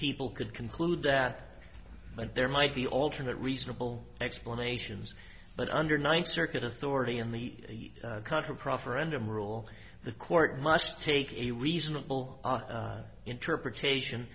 people could conclude that but there might be alternate reasonable explanations but under ninth circuit authority in the country proffer and a rule the court must take a reasonable interpretation